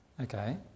Okay